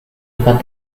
dekat